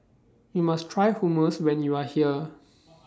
YOU must Try Hummus when YOU Are here